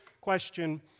question